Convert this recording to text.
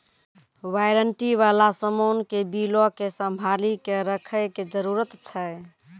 warranty बाला समान के बिलो के संभाली के रखै के जरूरत छै